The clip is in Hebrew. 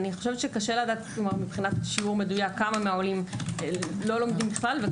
קשה לדעת מבחינת שיעור מדויק כמה מהעולים לא לומדים בכלל.